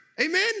Amen